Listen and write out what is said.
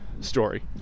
story